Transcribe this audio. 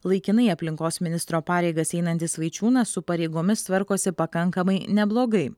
laikinai aplinkos ministro pareigas einantis vaičiūnas su pareigomis tvarkosi pakankamai neblogai